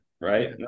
right